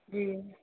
جی